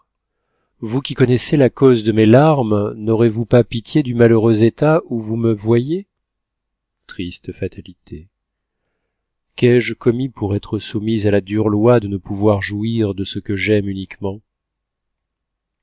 vous qui connaissez la cause de mes larmes n'aurez-vous pas pitié du malheureux état où vous me voyez triste fatalité qu'ai-je commis pour être soumise à la dure loi de ne pouvoir jouir de ce que j'aime uniquement